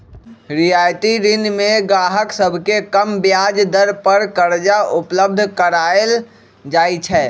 रियायती ऋण में गाहक सभके कम ब्याज दर पर करजा उपलब्ध कराएल जाइ छै